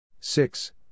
six